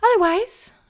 Otherwise